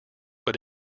but